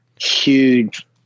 huge